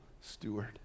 steward